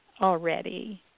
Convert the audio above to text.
already